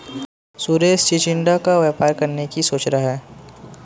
सुरेश चिचिण्डा का व्यापार करने की सोच रहा है